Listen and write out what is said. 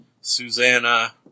Susanna